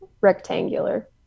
rectangular